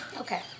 okay